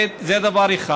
זה דבר אחד.